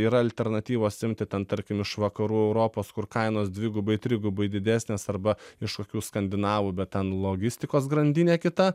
yra alternatyvos imti ten tarkim iš vakarų europos kur kainos dvigubai trigubai didesnės arba iš kokių skandinavų bet ten logistikos grandinė kita